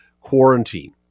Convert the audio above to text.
quarantine